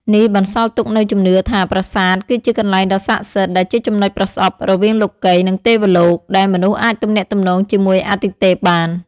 នេះបន្សល់ទុកនូវជំនឿថា ប្រាសាទគឺជាកន្លែងដ៏ស័ក្តិសិទ្ធិដែលជាចំណុចប្រសព្វរវាងលោកិយ និងទេវលោក ដែលមនុស្សអាចទំនាក់ទំនងជាមួយអាទិទេពបាន។